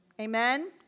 Amen